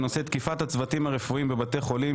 בנושא: "תקיפת הצוותים הרפואיים בבתי החולים",